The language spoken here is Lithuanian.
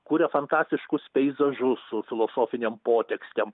kūria fantastiškus peizažus su filosofinėm potekstėm